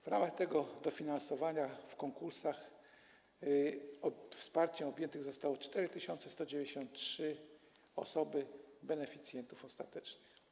W ramach tego dofinansowania w konkursach wsparciem objęte zostały 4193 osoby - beneficjenci ostateczni.